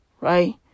Right